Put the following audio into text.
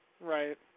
Right